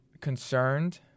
concerned